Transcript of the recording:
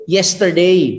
Yesterday